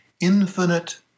infinite